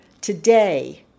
today